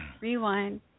Rewind